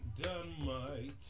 dynamite